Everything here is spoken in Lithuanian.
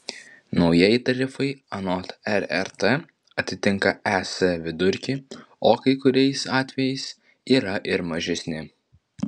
naujieji tarifai anot rrt atitinka es vidurkį o kai kuriais atvejais yra ir mažesni